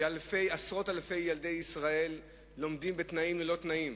שעשרות אלפי ילדי ישראל לומדים בתנאים-לא-תנאים,